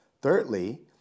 Thirdly